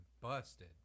busted